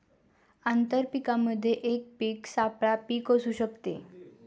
आंतर पीकामध्ये एक पीक सापळा पीक असू शकते